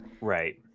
right